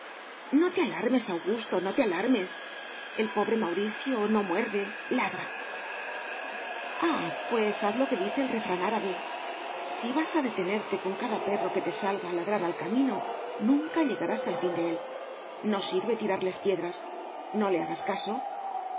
no te alarmes augusto no te alarmes el pobre mauricio no muerde ladra ah pues haz lo que dice el refrán árabe si vas a detenerte con cada perro que te salga a ladrar al camino nunca llegarás al fin de él no sirve tirarles piedras no le hagas caso